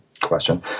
question